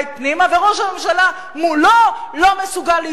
וראש הממשלה מולו לא מסוגל להתמודד,